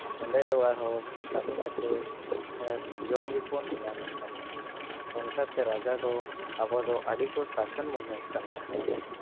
ᱚᱸᱰᱮ ᱫᱚ ᱟᱨᱦᱚᱸ ᱠᱟᱹᱢᱤ ᱠᱟᱛᱮ ᱡᱚᱢ ᱜᱮᱠᱚ ᱧᱟᱢᱮᱫ ᱠᱟᱱ ᱛᱟᱦᱮᱸᱫ ᱚᱱᱠᱟᱛᱮ ᱨᱟᱡᱟ ᱫᱚ ᱟᱵᱚ ᱫᱚ ᱟᱹᱰᱤ ᱠᱚ ᱥᱟᱥᱚᱱ ᱵᱚᱱ ᱠᱟᱱ ᱛᱟᱦᱮᱸᱫ